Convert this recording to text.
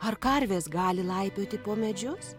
ar karvės gali laipioti po medžius